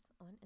on